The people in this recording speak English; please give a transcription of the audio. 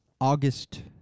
August